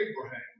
Abraham